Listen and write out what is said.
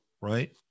right